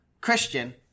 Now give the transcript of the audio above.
Christian